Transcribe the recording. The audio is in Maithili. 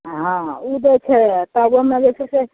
आओर हाँ उ दै छै आओर तब ओइमे जे छै से